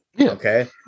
Okay